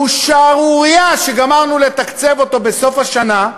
וזו שערורייה שגמרנו לתקצב אותו בסוף השנה,